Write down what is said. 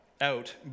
out